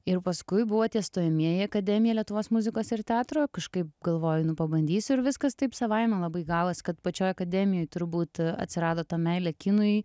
ir paskui buvo tie stojamieji į akademiją lietuvos muzikos ir teatro kažkaip galvoju nu pabandysiu ir viskas taip savaime labai gavos kad pačioj akademijoj turbūt atsirado ta meilė kinui